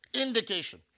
indication